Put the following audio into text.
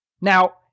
Now